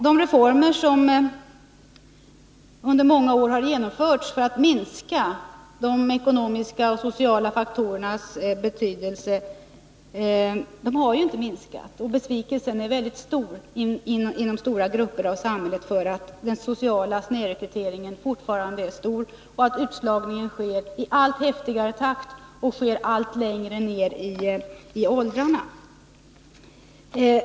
De reformer som under många år har genomförts för att minska de ekonomiska och sociala faktorernas betydelse har inte fått effekt. Och inom många grupper i samhället är besvikelsen mycket stor över att den sociala snedrekryteringen fortfarande är kraftig och att utslagningen sker i allt snabbare takt och allt längre ner i åldrarna.